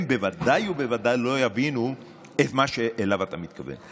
הם בוודאי ובוודאי לא יבינו את מה שאליו אתה מתכוון.